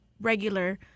regular